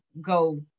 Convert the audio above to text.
go